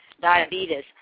diabetes